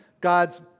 God's